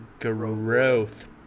growth